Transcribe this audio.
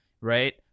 right